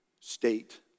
state